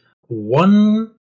one